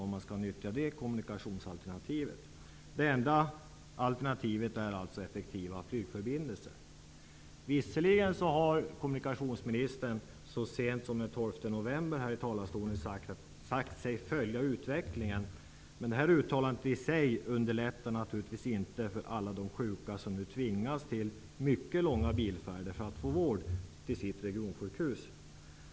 Därför är det enda alternativet effektiva flygförbindelser. Visserligen har kommunikationsministern så sent som den 12 november från denna talarstol sagt sig följa utvecklingen, men det uttalandet gör det naturligtvis inte i sig lättare för alla de sjuka som nu tvingas till mycket långa bilfärder för att få vård på sitt regionsjukhus.